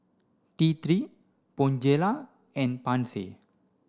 T three Bonjela and Pansy